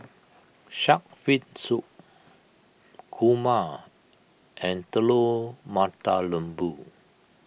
Shark's Fin Soup Kurma and Telur Mata Lembu